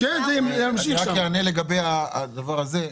שיישארו עם --- אני רק אענה לגבי הדבר הזה.